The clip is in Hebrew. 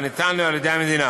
הניתן לו על-ידי המדינה.